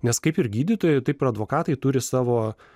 nes kaip ir gydytojai taip ir advokatai turi savo